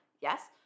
Yes